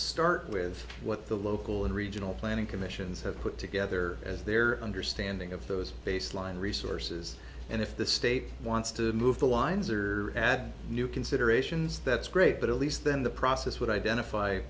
start with what the local and regional planning commissions have put together as their understanding of those baseline resources and if the state wants to move the lines or add new considerations that's great but at least then the process would identify